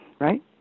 right